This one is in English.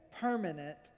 permanent